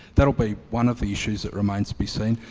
that'll be one of the issues that remains to be seen.